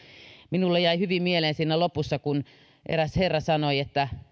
minulle jäi hyvin mieleen kun siinä lopussa eräs herra sanoi että